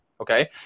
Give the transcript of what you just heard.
Okay